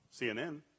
CNN